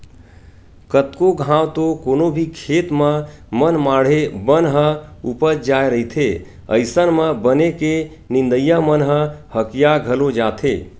कतको घांव तो कोनो भी खेत म मनमाड़े बन ह उपज जाय रहिथे अइसन म बन के नींदइया मन ह हकिया घलो जाथे